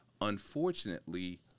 Unfortunately